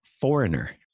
foreigner